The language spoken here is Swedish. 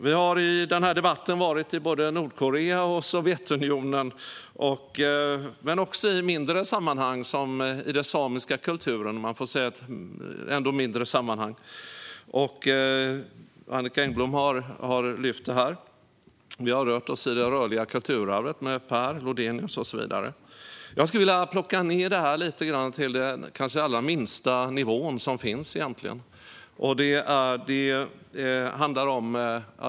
Vi har i denna debatt varit i både Nordkorea och Sovjetunionen. Vi har också varit i den samiska kulturen. Annicka Engblom lyfte upp detta. Vi har också rört oss i det rörliga kulturarvet med Per Lodenius och så vidare. Låt mig plocka ned detta på en annan nivå.